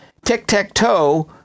tic-tac-toe